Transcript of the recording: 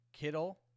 Kittle